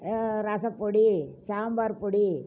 ரசப்பொடி சாம்பார்பொடி